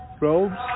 robes